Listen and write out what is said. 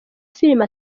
filime